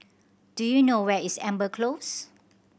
do you know where is Amber Close